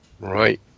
Right